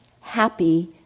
happy